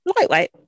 Lightweight